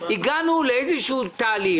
הגענו לאיזשהו תהליך,